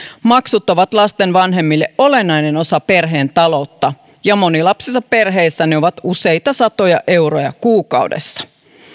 maksut ovat lasten vanhemmille olennainen osa perheen taloutta ja monilapsisissa perheissä ne ovat useita satoja euroja kuukaudessa